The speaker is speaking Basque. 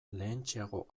lehentxeago